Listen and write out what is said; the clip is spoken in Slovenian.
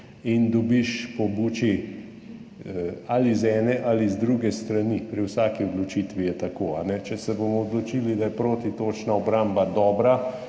jih dobiš po buči ali z ene ali z druge strani. Pri vsaki odločitvi je tako. Če se bomo odločili, da je protitočna obramba dobra,